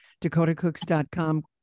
DakotaCooks.com